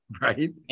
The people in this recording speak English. Right